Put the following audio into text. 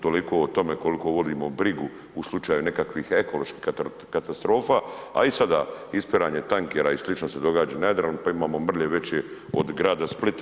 Toliko o tome koliko vodimo brigu u slučaju nekakvih ekoloških katastrofa, a i sada ispiranje tankera i slično se događa na Jadranu pa imamo mrlje veće od grada Splita.